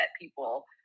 people